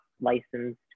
licensed